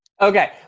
Okay